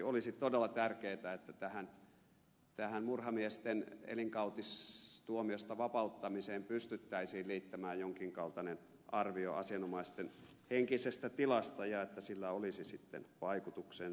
olisi todella tärkeätä että tähän murhamiesten elinkautistuomiosta vapauttamiseen pystyttäisiin liittämään jonkin kaltainen arvio asianomaisten henkisestä tilasta ja että sillä olisi sitten vaikutuksensa